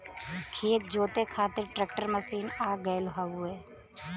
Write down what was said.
खेत जोते खातिर ट्रैकर मशीन आ गयल हउवे